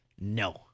no